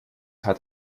hat